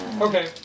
Okay